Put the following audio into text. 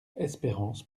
espérance